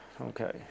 Okay